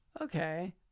Okay